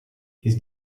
his